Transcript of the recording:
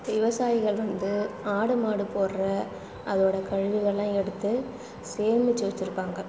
விவசாயிகள் வந்து ஆடு மாடு போடுற அதோடய கழிவுகளெலாம் எடுத்து சேமிச்சு வைச்சிருப்பாங்க